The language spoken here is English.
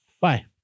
Bye